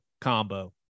combo